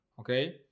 Okay